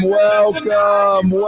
welcome